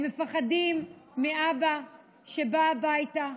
הם מפחדים מאבא שבא הביתה,